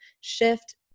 shift